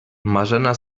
marzena